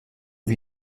wie